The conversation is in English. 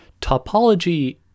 topology